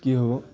কি হ'ব